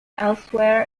elsewhere